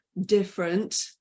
different